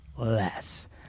Less